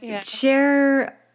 share